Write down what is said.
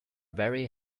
very